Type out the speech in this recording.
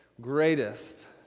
greatest